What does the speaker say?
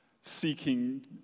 seeking